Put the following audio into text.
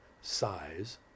size